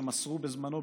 שמסרו בזמנו,